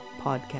Podcast